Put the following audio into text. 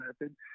method